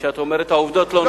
כשאת אומרת שהעובדות לא נכונות.